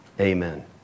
Amen